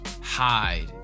hide